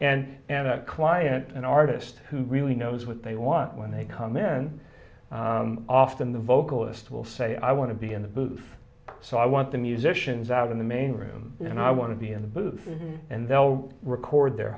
and and a client an artist who really knows what they want when they come in often the vocalist will say i want to be in the booth so i want the musicians out in the main room and i want to be in the booth and they'll record their